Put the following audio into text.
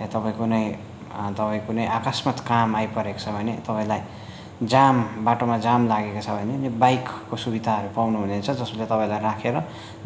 या तपाईँ कुनै या तपाईँ कुनै आकस्मत् काम आइपरेको छ भने तपाईँलाई जाम बाटोमा जाम लागेको छ भने पनि बाइकको सुविधाहरू पाउनु हुनेछ जसले तपाईँलाई राखेर